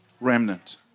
remnant